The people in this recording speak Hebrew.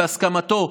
בהסכמתו,